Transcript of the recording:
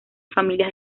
familias